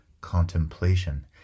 contemplation